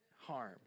harm